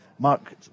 Mark